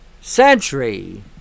century